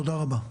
תודה רבה.